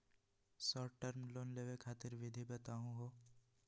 Short term loan लेवे खातीर विधि बताहु हो?